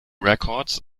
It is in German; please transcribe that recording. records